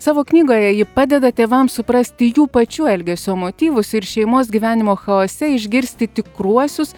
savo knygoje ji padeda tėvams suprasti jų pačių elgesio motyvus ir šeimos gyvenimo chaose išgirsti tikruosius